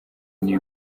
new